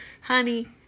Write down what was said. Honey